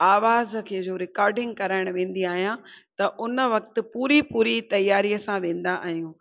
आवाज़ खे जो रिकाडिंग करणु वेंदी आहियां त उन वक़्तु पूरी पूरी तयारीअ सां वेंदा आहियूं